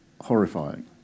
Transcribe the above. horrifying